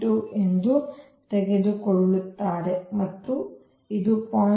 2 ಎಂದು ತೆಗೆದುಕೊಳ್ಳುತ್ತಾರೆ ಮತ್ತು ಇದು 0